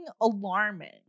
alarming